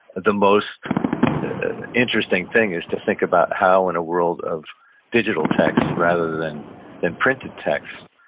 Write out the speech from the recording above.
the most interesting thing is to think about how, in a world of digital text, rather than than printed text,